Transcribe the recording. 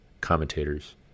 commentators